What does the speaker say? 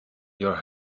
your